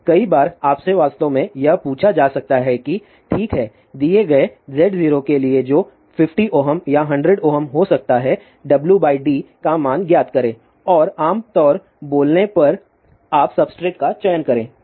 अब कई बार आपसे वास्तव में यह पूछा जा सकता है कि ठीक है दिए गए Z0 के लिए जो 50 Ω या 100 Ω हो सकता है W d का मान ज्ञात करें और आम तौर बोलने पर आप सब्सट्रेट का चयन करें